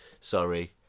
sorry